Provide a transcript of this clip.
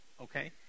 okay